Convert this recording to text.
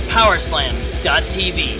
PowerSlam.tv